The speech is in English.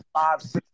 five-six